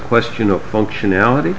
question of functionality